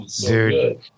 Dude